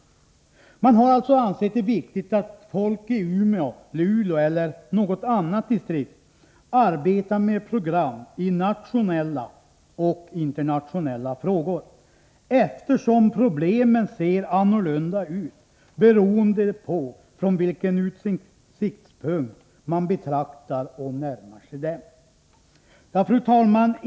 Man har alltså ansett det viktigt att folk i Umeå, i Luleå eller i något annat distrikt arbetar med program i nationella och internationella frågor, eftersom problemen ser annorlunda ut beroende på från vilken utsiktspunkt man betraktar och närmar sig dem. Fru talman!